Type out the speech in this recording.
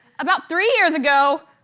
about three years ago,